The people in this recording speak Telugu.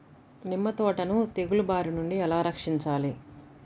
నిమ్మ తోటను తెగులు బారి నుండి ఎలా రక్షించాలి?